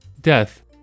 death